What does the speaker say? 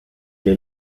est